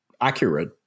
accurate